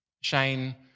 Shane